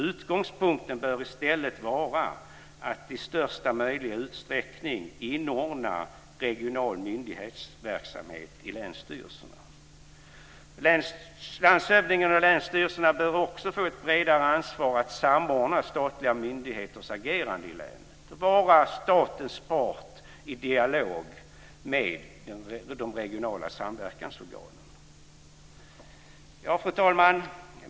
Utgångspunkten bör i stället vara att i största möjliga utsträckning inordna regional myndighetsverksamhet i länsstyrelserna. Landshövdingarna och länsstyrelserna bör också få ett bredare ansvar för att samordna statliga myndigheters agerande i länen. Man ska vara statens part i dialog med de regionala samverkansorganen. Fru talman!